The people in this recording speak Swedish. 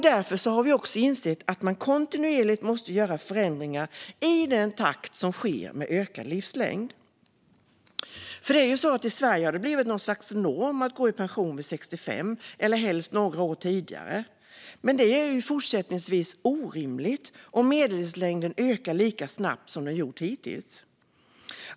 Därför har vi också insett att man kontinuerligt måste göra förändringar i takt med den ökade livslängden. I Sverige har det ju blivit något slags norm att gå i pension vid 65 eller helst några år tidigare. Men det är fortsättningsvis orimligt om medellivslängden ökar lika snabbt som hittills.